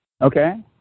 okay